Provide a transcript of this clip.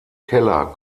keller